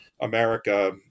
america